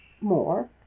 more